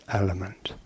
element